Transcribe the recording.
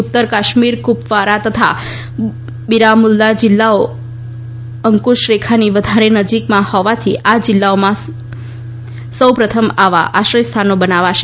ઉત્તર કાશ્મીરના કુપવારા તથા બિરામુલ્લા જિલ્લાઓ અંકુશરેખાની વધારે નજીકમાં હોવાથી આ જિલ્લાઓમાં સૌપ્રથમ આવાં આશ્રયસ્થાનો બનશે